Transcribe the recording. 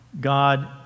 God